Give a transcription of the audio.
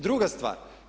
Druga stvar.